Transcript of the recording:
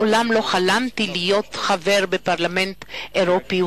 מעולם לא חלמתי להיות חבר בפרלמנט האירופי,